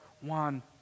one